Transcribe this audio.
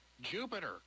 Jupiter